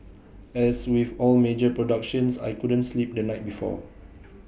as with all major productions I couldn't sleep the night before